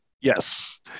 Yes